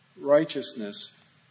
righteousness